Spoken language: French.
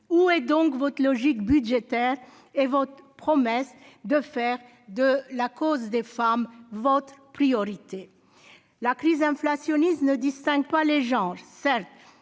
où est donc votre logique budgétaire et votre promesse de faire de la cause des femmes votre priorité la crise inflationniste ne distingue pas les gens, certes,